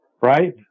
Right